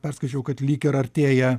perskaičiau kad lyg ir artėja